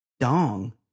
dong